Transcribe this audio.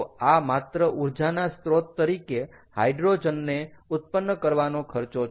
તો આ માત્ર ઊર્જાના સ્ત્રોત તરીકે હાઇડ્રોજનને ઉત્પન્ન કરવાનો ખર્ચો છે